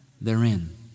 therein